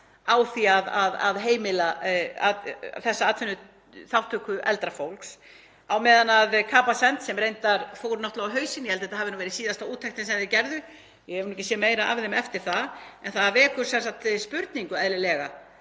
af því að heimila þessa atvinnuþátttöku eldra fólks á meðan Capacent — sem fór náttúrlega á hausinn, ég held þetta hafi verið síðasta úttektin sem þau gerðu, ég hef ekki séð meira af þeim eftir það. En það vekur sem sagt eðlilega